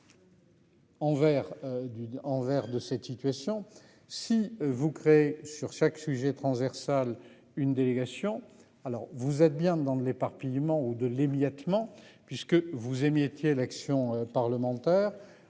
envers de cette situation si vous créez sur chaque sujet transversal. Une délégation. Alors vous êtes bien dans l'éparpillement ou de l'émiettement puisque vous aimiez étiez l'action parlementaire